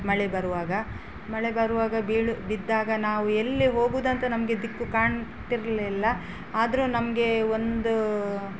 ಮಳೆ ಬರುವಾಗ ಮಳೆ ಬರುವಾಗ ಬೀಳು ಬಿದ್ದಾಗ ನಾವು ಎಲ್ಲಿ ಹೋಗೋದಂತ ನಮಗೆ ದಿಕ್ಕು ಕಾಣ್ತಿರಲಿಲ್ಲ ಆದರು ನಮಗೆ ಒಂದು